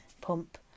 pump